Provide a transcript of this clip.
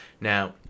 Now